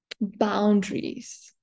boundaries